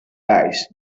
ice